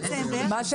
דצמבר.